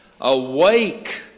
awake